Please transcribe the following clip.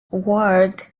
ward